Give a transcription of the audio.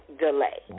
delay